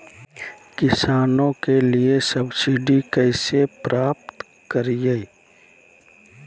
किसानों के लिए सब्सिडी कैसे प्राप्त करिये?